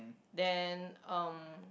then um